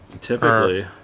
Typically